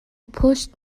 پشت